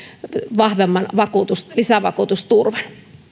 vahvemman lisävakuutusturvan